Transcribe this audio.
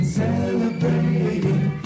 celebrating